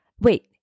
wait